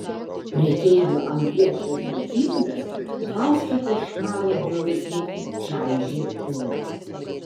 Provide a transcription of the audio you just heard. prekeivio anglies žarijų indas fausto košmaro dvelksmu čaižė orą